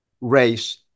race